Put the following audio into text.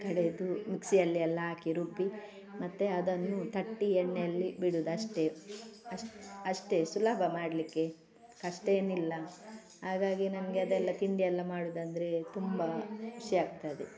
ಕಡೆದು ಮಿಕ್ಸಿಯಲ್ಲೆಲ್ಲ ಹಾಕಿ ರುಬ್ಬಿ ಮತ್ತೆ ಅದನ್ನು ತಟ್ಟಿ ಎಣ್ಣೆಯಲ್ಲಿ ಬಿಡೋದಷ್ಟೇ ಅಷ್ ಅಷ್ಟೆ ಸುಲಭ ಮಾಡಲಿಕ್ಕೆ ಕಷ್ಟ ಏನಿಲ್ಲ ಹಾಗಾಗಿ ನಮಗೆ ಅದೆಲ್ಲ ತಿಂಡಿಯೆಲ್ಲ ಮಾಡೋದಂದ್ರೆ ತುಂಬ ಖುಷಿಯಾಗ್ತದೆ